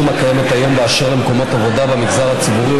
הקיימת היום באשר למקומות עבודה במגזר הציבורי,